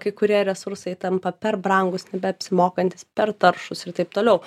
kai kurie resursai tampa per brangūs nebeapsimokantys per taršūs ir taip toliau